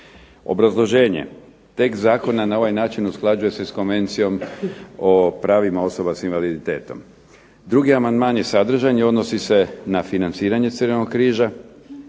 Obrazloženje. Tekst zakona na ovaj način usklađuje se sa Konvencijom o pravima osoba sa invaliditetom. Drugi amandman je sadržajni. Odnosi se na financiranje Crvenog križa